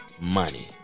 money